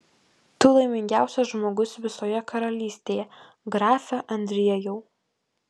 tu laimingiausias žmogus visoje karalystėje grafe andriejau